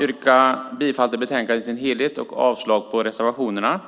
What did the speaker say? yrkar bifall till förslaget i betänkandet i sin helhet och avslag på reservationerna.